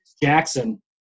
Jackson